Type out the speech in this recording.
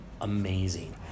amazing